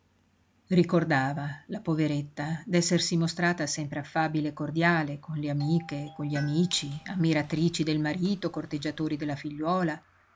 ricordava la poveretta d'essersi mostrata sempre affabile e cordiale con le amiche con gli amici ammiratrici del marito corteggiatori della figliuola